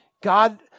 God